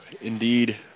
Indeed